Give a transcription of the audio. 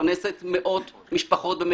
מפרנסת מאות משפחות.